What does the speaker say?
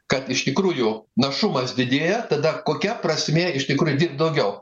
kad iš tikrųjų našumas didėja tada kokia prasmė iš tikrųjų daugiau